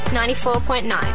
94.9